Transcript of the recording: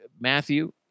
Matthew